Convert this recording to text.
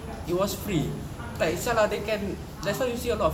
it was free like [sial] ah they can [sial] ah that's why you see a lot